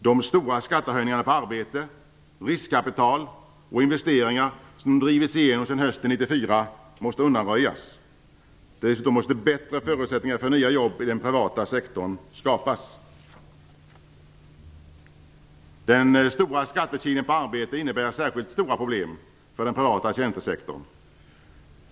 De stora skattehöjningarna på arbete, riskkapital och investeringar som drivits igenom sedan hösten 1994 måste undanröjas. Dessutom måste bättre förutsättningar för nya jobb i den privata sektorn skapas. Den stora skattekilen på arbete innebär särskilt stora problem för den privata tjänstesektorn.